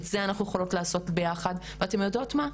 את זה אנחנו יכולות לעשות ביחד ואתן יודעות מה,